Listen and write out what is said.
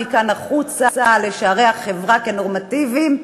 מכאן החוצה לשערי החברה כנורמטיביים,